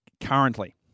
currently